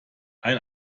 ein